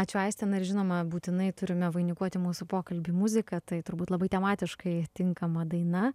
ačiū aiste na ir žinoma būtinai turime vainikuoti mūsų pokalbį muzika tai turbūt labai tematiškai tinkama daina